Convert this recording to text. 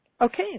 Okay